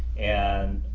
and